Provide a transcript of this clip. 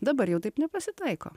dabar jau taip nepasitaiko